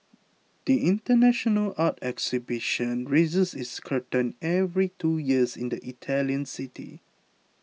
the international art exhibition raises its curtain every two years in the Italian city